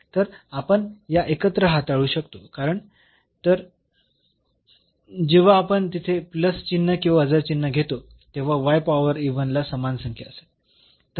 तर आपण या एकत्र हाताळू शकतो कारण तर जेव्हा आपण तिथे प्लस चिन्ह किंवा वजा चिन्ह घेतो तेव्हा पॉवर इव्हनला समान संख्या असेल